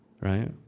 right